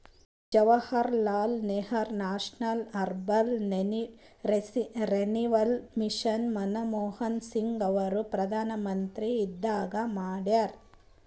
Jawaharlal Nehru national urban renewal mission Manmohan Singh ಅವರು ಪ್ರಧಾನ್ಮಂತ್ರಿ ಇದ್ದಾಗ ಮಾಡ್ಯಾರ್